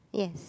yes